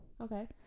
okay